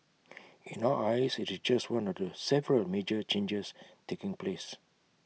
in our eyes IT is just one of the several major changes taking place